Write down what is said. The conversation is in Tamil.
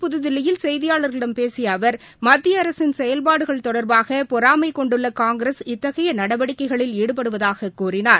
புதுதில்லியில் செய்தியாளர்களிடம் பேசியஅவர் மத்திய அரசின் செயல்பாடுகள் தெற்று தொடர்பாகபொறாமைகொண்டுள்ளகாங்கிரஸ் இத்தகையநடவடிக்கைகளில் ஈடுபடுவதாகக் கூறினார்